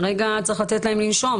צריך לתת להם לנשום.